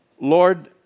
Lord